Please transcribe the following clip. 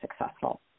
successful